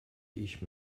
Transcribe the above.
ich